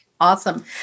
Awesome